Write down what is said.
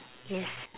yes